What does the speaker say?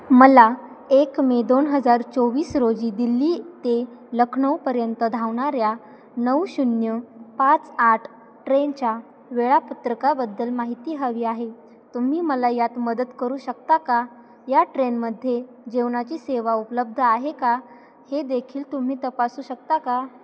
मला एक मे दोन हजार चोवीस रोजी दिल्ली ते लखनऊपर्यंत धावणाऱ्या नऊ शून्य पाच आठ ट्रेनच्या वेळापत्रकाबद्दल माहिती हवी आहे तुम्ही मला यात मदत करू शकता का या ट्रेनमध्ये जेवणाची सेवा उपलब्ध आहे का हे देखील तुम्ही तपासू शकता का